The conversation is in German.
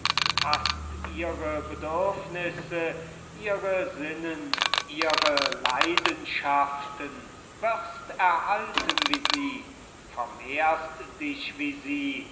hast ihre bedürfnisse ihre sinnen ihre leidenschaften wirst erhalten wie sie vermehrest dich wie sie